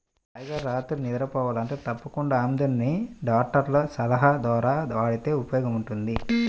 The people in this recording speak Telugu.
హాయిగా రాత్రిళ్ళు నిద్రబోవాలంటే తప్పకుండా ఆముదాన్ని డాక్టర్ల సలహా ద్వారా వాడితే ఉపయోగముంటది